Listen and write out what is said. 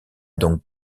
donc